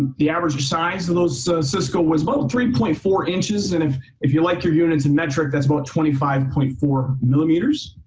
the average size of those cisco was about three point four inches. and if if you like your units in metric that's about twenty five point four millimeters.